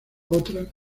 otra